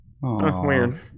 Weird